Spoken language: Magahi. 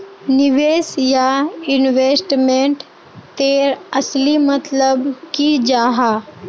निवेश या इन्वेस्टमेंट तेर असली मतलब की जाहा?